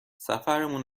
سفرمون